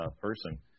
person